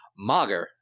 Mager